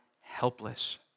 helpless